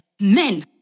men